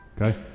Okay